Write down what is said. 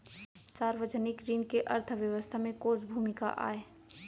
सार्वजनिक ऋण के अर्थव्यवस्था में कोस भूमिका आय?